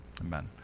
Amen